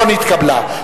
לא נתקבלה.